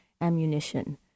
ammunition